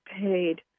paid